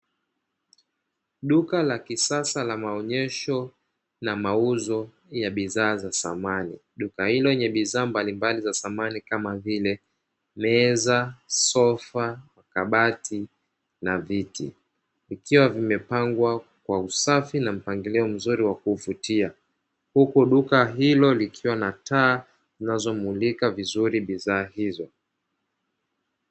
Duka la kisasa la maonesho na mauzo ya bidhaa za samani, duka hilo lenye bidhaa mbalimbali za samani kama vile: meza, sofa, kabati na viti vikiwa vimepangwa kwa usafi na mpangilio mzuri wa kuvutia huku duka hilo likiwa na taa zinazomulika vizuri bidhaa hizo.